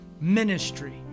ministry